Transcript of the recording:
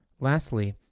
lastly,